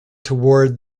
towards